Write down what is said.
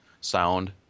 sound